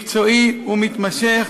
מקצועי ומתמשך,